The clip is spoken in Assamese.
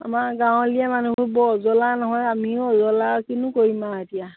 আমাৰ গাঁৱলীয়া মানুহবোৰ বৰ অজলা নহয় আমিও অজলা কিনো কৰিম আৰু এতিয়া